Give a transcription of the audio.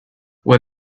were